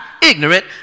ignorant